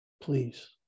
Please